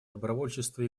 добровольчество